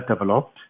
developed